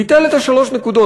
ביטל את שלוש הנקודות.